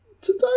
today